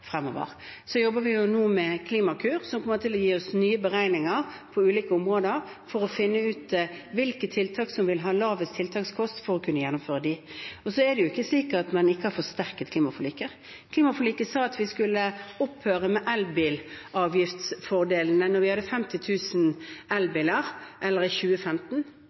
fremover. Så jobber vi nå med Klimakur, som kommer til å gi oss nye beregninger på ulike områder for å finne ut hvilke tiltak som kan gjennomføres med lavest tiltakskost. Det er ikke slik at man ikke har forsterket klimaforliket. Klimaforliket sa at elbilfordelene skulle opphøre når vi hadde 50 000 elbiler, eller i